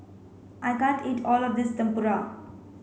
I can't eat all of this Tempura